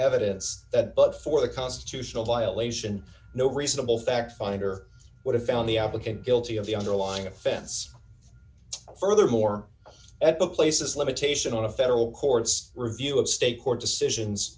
evidence that but for the constitutional violation no reasonable fact finder would have found the applicant guilty of the underlying offense furthermore places limitation on the federal courts review of state court decisions